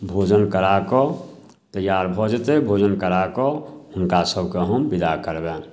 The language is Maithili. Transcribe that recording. भोजन कराकऽ तैआर भऽ जेतै भोजन कराकऽ हुनकासभके हम विदा करबनि